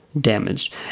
damaged